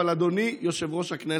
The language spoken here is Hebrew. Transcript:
אבל אדוני יושב-ראש הכנסת,